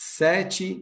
sete